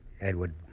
Edward